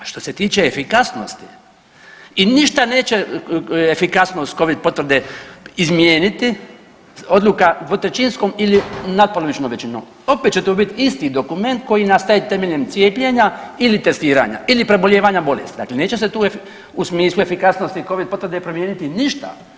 Što se tiče efikasnosti i ništa neće efikasnost covid potvrde izmijeniti odluka dvotrećinskom ili natpolovičnom većinom, opet će to biti isti dokument koji nastaje temeljem cijepljenja ili testiranja ili prebolijevanja bolesti, dakle neće se tu u smislu efikasnosti covid potvrde promijeniti ništa.